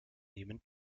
nehmend